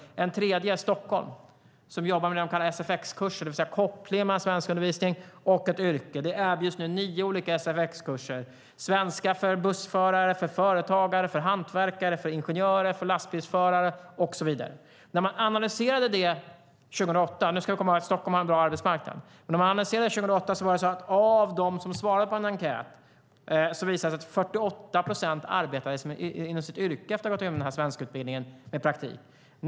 Ett tredje exempel är Stockholm som jobbar med det som de kallar för sfx-kurser, det vill säga en koppling mellan svenskundervisning och ett yrke. Det erbjuds nu nio olika sfx-kurser: svenska för bussförare, för företagare, för hantverkare, för ingenjörer, för lastbilsförare och så vidare. Nu ska vi komma ihåg att Stockholm har en bra arbetsmarknad. Men man analyserade det 2008. Det visade sig att av dem som svarade på en enkät arbetade 48 procent inom sitt yrke efter att gått igenom den här svenskutbildningen med praktik.